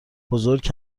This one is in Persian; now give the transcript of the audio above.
بزرگ